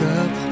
up